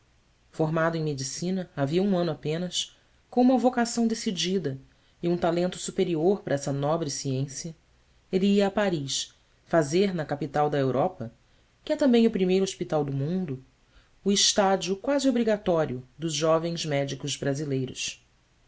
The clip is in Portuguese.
formado em medicina havia um ano apenas com uma vocação decidida e um talento superior para essa nobre ciência ele ia a paris fazer na capital da europa que é também o primeiro hospital do mundo o estádio quase obrigatório dos jovens médicos brasileiros